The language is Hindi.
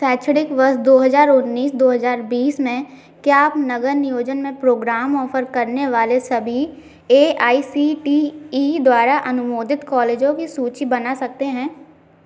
शैक्षणिक वर्ष दो हज़ार उन्नीस दो हज़ार बीस में क्या आप नगर नियोजन में प्रोग्राम ऑफ़र करने वाले सभी A I C T E द्वारा अनुमोदित कॉलेजों की सूची बना सकते हैं